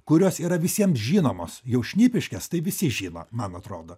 kurios yra visiem žinomos jau šnipiškes tai visi žino man atrodo